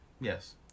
yes